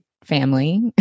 family